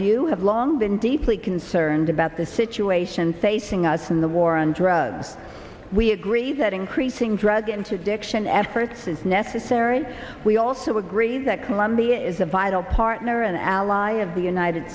you have long been deeply concerned about the situation facing us in the war on drugs we agree that increasing drug interdiction efforts is necessary we also agree that colombia is a vital partner or an ally of the united